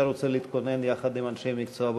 רוצה להתכונן יחד עם אנשי מקצוע במשרד.